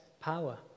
power